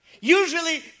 Usually